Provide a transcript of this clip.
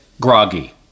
groggy